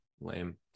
lame